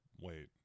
wait